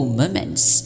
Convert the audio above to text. moments